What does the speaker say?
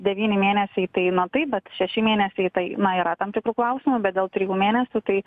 devyni mėnesiai tai na taip bet šeši mėnesiai tai na yra tam tikrų klausimų bet dėl trijų mėnesių tai